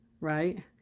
Right